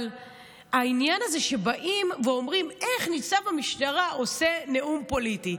אבל העניין הזה שבאים ואומרים: איך ניצב במשטרה עושה נאום פוליטי?